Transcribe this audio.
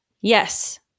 Yes